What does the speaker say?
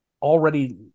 already